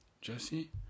Jesse